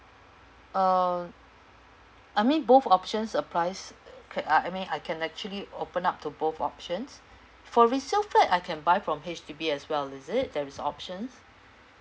uh I mean both options applies pa~ uh I mean I can actually open up to both options for resale flat I can buy from H_D_B as well is it there is options